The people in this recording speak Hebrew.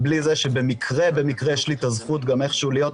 ובלי זה שבמקרה יש לי את הזכות להיות בקיבוץ,